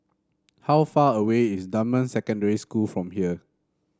how far away is Dunman Secondary School from here